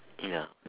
ya